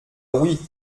oui